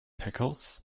pickles